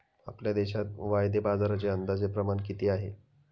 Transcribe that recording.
आपल्या देशात वायदे बाजाराचे अंदाजे प्रमाण किती आहे?